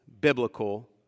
biblical